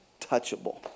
touchable